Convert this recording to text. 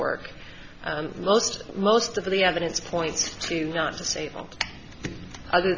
work most most of the evidence points to not to say other